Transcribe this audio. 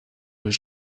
was